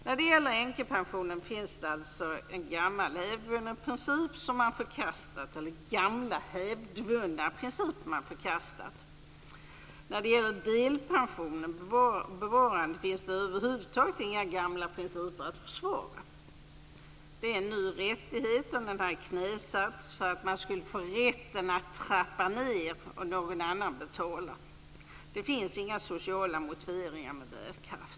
När det gäller änkepensionen finns det gamla hävdvunna principer som man förkastat och när det gäller delpensionens bevarande finns det över huvud taget inga gamla principer att försvara. Det handlar nu om rättigheter som knäsatts för att man skulle få rätt att trappa ned, samtidigt som någon annan betalar. Det finns inga sociala motiveringar med bärkraft.